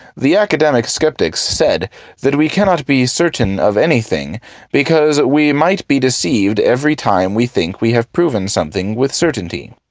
the academic skeptics said that we cannot be certainty of anything because we might be deceived every time we think we have proven something with certainty.